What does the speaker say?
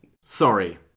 Sorry